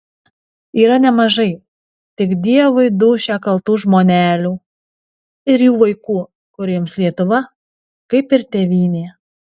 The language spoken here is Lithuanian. yra nemažai tik dievui dūšią kaltų žmonelių ir jų vaikų kuriems lietuva kaip ir tėvynė